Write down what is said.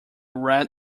red